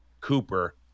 Cooper